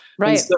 Right